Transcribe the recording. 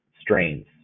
strains